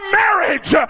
marriage